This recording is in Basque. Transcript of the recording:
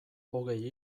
hogei